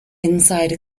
inside